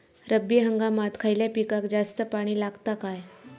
रब्बी हंगामात खयल्या पिकाक जास्त पाणी लागता काय?